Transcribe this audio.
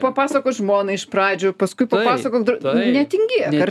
lyg papasakoti žmonai iš pradžių paskui papasakok dr netingėk ar